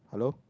hello